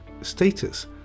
status